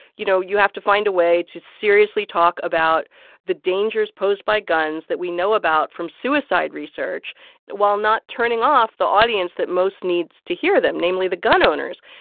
you know, you have to find a way to seriously talk about the dangers posed by guns that we know about from suicide research while not turning off the audience that most needs to hear them namely, the gun owners.